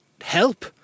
help